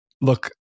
look